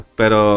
pero